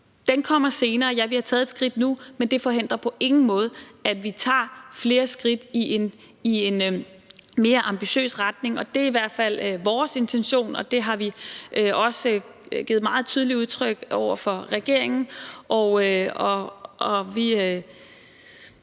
Det kommer senere. Ja, vi har taget et skridt nu, men det forhindrer på ingen måde, at vi tager flere skridt i en mere ambitiøs retning. Det er i hvert fald vores intention, og det har vi også over for regeringen givet